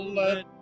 let